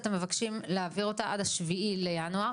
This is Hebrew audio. אתם מבקשים להעביר אותה עד ה-7 בינואר.